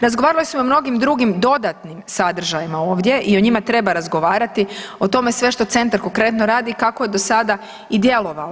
Razgovarali smo o mnogim drugim dodatnim sadržajima ovdje i o njima treba razgovarati, o tome sve što centar konkretno radi i kako je do sada i djelovao.